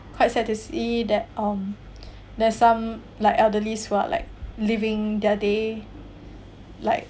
quite sad to see that um there's some like elderly who are like living their day like